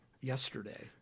yesterday